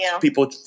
people